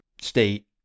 state